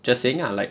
just saying ah like